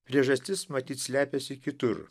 priežastis matyt slepiasi kitur